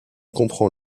comprend